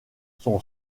son